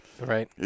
Right